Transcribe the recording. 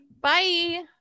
Bye